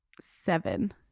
Seven